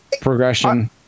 progression